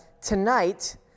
tonight